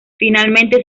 finalmente